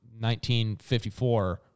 1954